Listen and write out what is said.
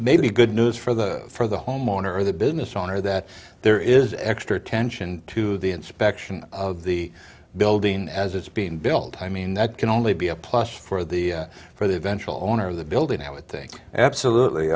maybe good news for the for the homeowner or the business owner that there is extra attention to the inspection of the building as it's being built i mean that can only be a plus for the for the eventual owner of the building i would think absolutely